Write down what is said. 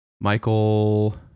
michael